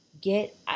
get